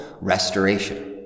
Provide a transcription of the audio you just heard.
restoration